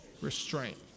restraint